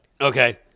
Okay